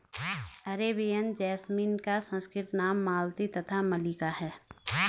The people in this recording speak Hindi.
अरेबियन जैसमिन का संस्कृत नाम मालती तथा मल्लिका है